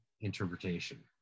interpretation